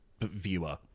viewer